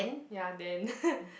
ya then